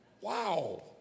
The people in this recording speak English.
Wow